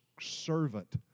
servant